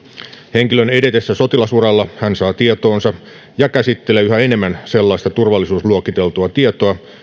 henkilön edetessä sotilasuralla hän saa tietoonsa ja käsittelee yhä enemmän sellaista turvallisuusluokiteltua tietoa